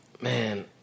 man